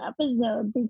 episode